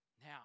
Now